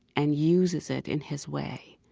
and uses it in his way.